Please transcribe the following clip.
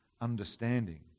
understanding